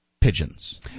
pigeons